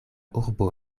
urbo